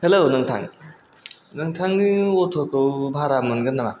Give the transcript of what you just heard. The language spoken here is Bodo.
हेलौ नोंथां नोंथांनि अट'खौ भारा मोनगोन नामा